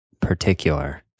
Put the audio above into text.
particular